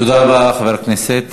תודה רבה, חבר הכנסת